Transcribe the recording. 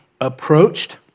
approached